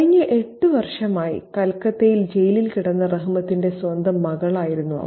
കഴിഞ്ഞ 8 വർഷമായി കൽക്കത്തയിൽ ജയിലിൽ കിടന്ന റഹ്മത്തിന്റെ സ്വന്തം മകളായിരുന്നു അവൾ